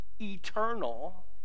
eternal